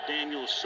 Daniel